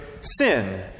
sin